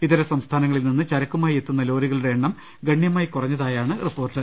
ഇതര സംസ്ഥാന ങ്ങളിൽ നിന്ന് ചരക്കുമായി എത്തുന്ന ലോറികളുടെ എണ്ണം ഗണ്യ മായി കുറഞ്ഞതായാണ് റിപ്പോർട്ട്